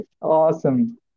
awesome